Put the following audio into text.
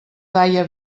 daia